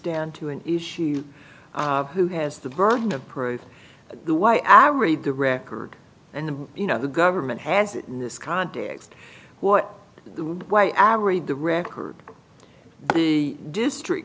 down to an issue who has the burden of proof the why i read the record and you know the government has it in this context what why aberrated the record the district